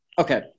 Okay